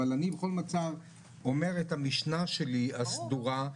אבל אני בכל מצב אומר את המשנה הסדורה שלי,